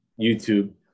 YouTube